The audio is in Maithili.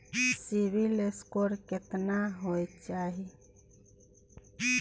सिबिल स्कोर केतना होय चाही?